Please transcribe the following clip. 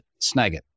Snagit